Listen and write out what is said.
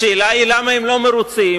השאלה היא למה הם לא מרוצים.